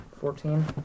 Fourteen